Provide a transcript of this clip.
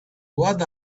what